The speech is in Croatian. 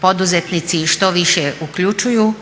poduzetnici što više uključuju,